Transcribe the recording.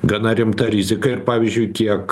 gana rimta rizika ir pavyzdžiui kiek